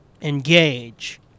engage